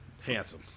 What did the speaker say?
Handsome